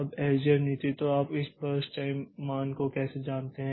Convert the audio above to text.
अब एसजेएफ नीति तो आप इस बर्स्ट टाइम मान को कैसे जानते हैं